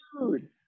dude